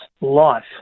life